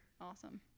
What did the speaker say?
awesome